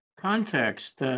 context